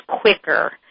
quicker